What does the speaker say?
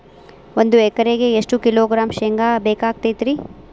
ಒಂದು ಎಕರೆಗೆ ಎಷ್ಟು ಕಿಲೋಗ್ರಾಂ ಶೇಂಗಾ ಬೇಕಾಗತೈತ್ರಿ?